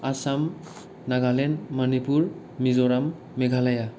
Assam Nagaland Manipur Mizoram Meghalaya